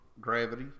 Gravity